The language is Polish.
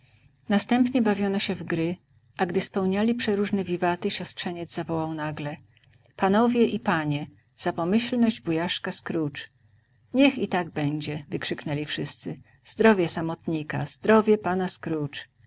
następnie bawiono się w gry a gdy spełniali przeróżne wiwaty siostrzeniec zawołał nagle panowie i panie za pomyślność wujaszka scrooge niech i tak będzie wykrzyknęli wszyscy zdrowie samotnika zdrowie pana